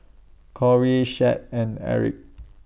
Cory Shad and Erik